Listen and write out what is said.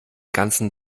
ganzen